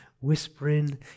whispering